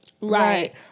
Right